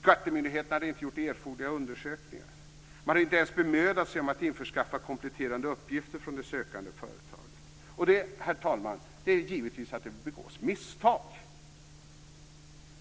Skattemyndigheten hade inte gjort erforderliga undersökningar. Man hade inte ens bemödat sig om att införskaffa kompletterande uppgifter från det sökande företaget. Herr talman! Givetvis begås det misstag.